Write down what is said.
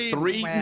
Three